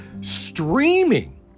streaming